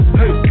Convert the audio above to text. hey